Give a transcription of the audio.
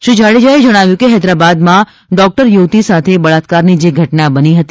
શ્રી જાડેજાએ જણાવ્યું કે હૈદરાબાદમાં ડોકટર યુવતી સાથે બળાત્કારની જે ઘટના બની હતી